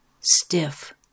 stiff